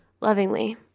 Lovingly